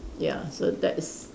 ya so that is